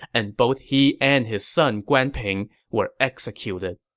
and both he and his son guan ping were executed.